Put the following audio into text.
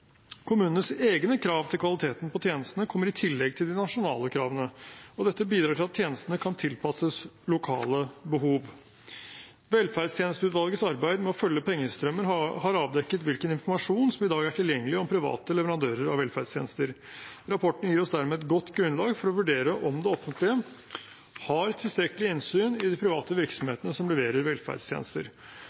Kommunenes egne krav til kvaliteten på tjenestene kommer i tillegg til de nasjonale kravene, og dette bidrar til at tjenestene kan tilpasses lokale behov. Velferdstjenesteutvalgets arbeid med å følge pengestrømmen har avdekket hvilken informasjon som i dag er tilgjengelig om private leverandører av velferdstjenester. Rapporten gir oss dermed et godt grunnlag for å vurdere om det offentlige har tilstrekkelig innsyn i de private virksomhetene som leverer velferdstjenester.